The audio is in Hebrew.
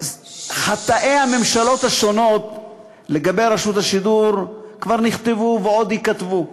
חטאי הממשלות השונות לגבי רשות השידור כבר נכתבו ועוד ייכתבו,